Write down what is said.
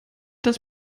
das